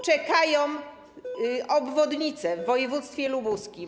Czekają obwodnice w województwie lubuskim.